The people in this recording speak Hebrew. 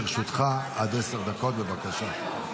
לרשותך עד עשר דקות, בבקשה.